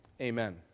Amen